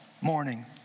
morning